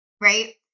Right